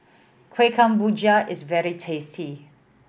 Kueh Kemboja is very tasty